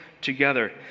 together